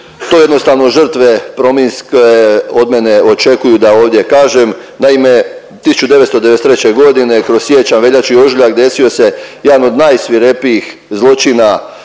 to jednostavno žrtve prominske od mene očekuju da ovdje kažem. Naime 1993. godine kroz siječanj, veljaču i ožujak desio se jedan od najsvirepijih zločina